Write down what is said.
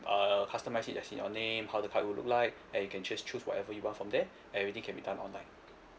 uh customise it as in your name how the card would look like and you can just choose whatever you want from there everything can be done online